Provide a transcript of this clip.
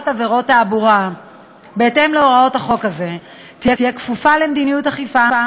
עבירות תעבורה בהתאם להוראות חוק זה תהיה כפופה למדיניות אכיפה